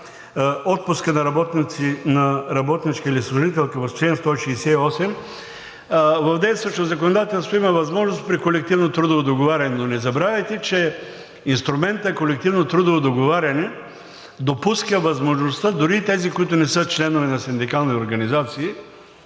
отпуска на работничка или служителка в чл. 168, в действащото законодателство има възможност при колективно трудово договаряне. Но не забравяйте, че инструментът „колективно трудово договаряне“ допуска възможността дори и тези, които не са членове на синдикални и на